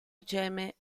gemme